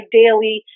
daily